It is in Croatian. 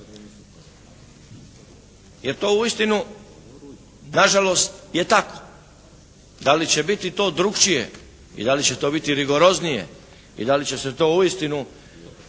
Jer to uistinu na žalost je tako. Da li će to biti drukčije i da li će to biti rigoroznije i da li će se to uistinu